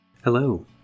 Hello